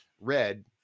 red